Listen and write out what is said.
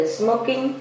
smoking